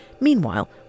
Meanwhile